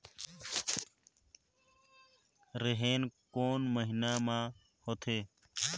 रेहेण कोन महीना म होथे?